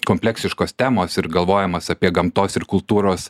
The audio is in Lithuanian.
kompleksiškos temos ir galvojimas apie gamtos ir kultūros